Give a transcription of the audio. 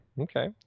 okay